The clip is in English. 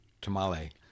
tamale